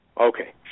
Okay